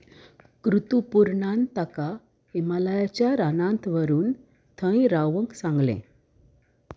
कृतु पुर्णान ताका हिमालयाच्या रानांत व्हरून थंय रावंक सांगलें